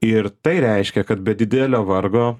ir tai reiškia kad be didelio vargo